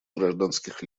гражданских